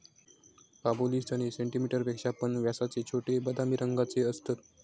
काबुली चणे सेंटीमीटर पेक्षा पण व्यासाचे छोटे, बदामी रंगाचे असतत